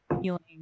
healing